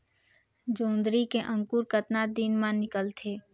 जोंदरी के अंकुर कतना दिन मां निकलथे?